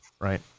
right